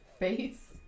face